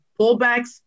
pullbacks